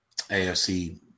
AFC